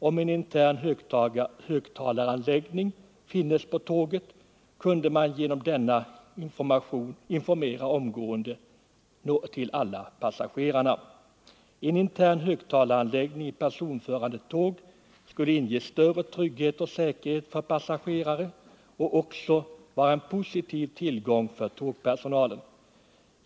Om en intern högtalaranläggning fanns på tåget kunde man genom denna lämna information omgående till alla passagerarna. En intern högtalaranläggning i personförande tåg skulle medföra större trygghet och säkerhet för passagerarna och också vara en positiv tillgång för tågpersonalen.